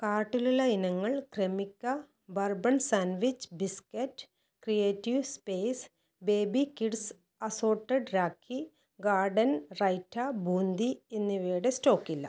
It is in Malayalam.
കാർട്ടിലുള്ള ഇനങ്ങൾ Cremica bourbon sandwich biscuit creative space baby kids assorted rakhi garden raita boondi എന്നിവയുടെ സ്റ്റോക്ക് ഇല്ല